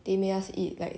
they make us eat like